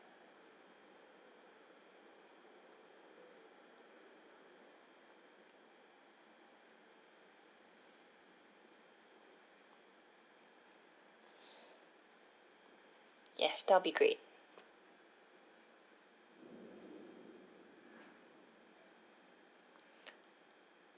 yes that will be great